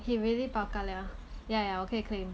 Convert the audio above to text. he really bao ka liao ya ya 我可以 claim